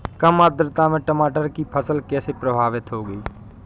कम आर्द्रता में टमाटर की फसल कैसे प्रभावित होगी?